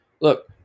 Look